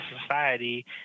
society